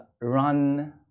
run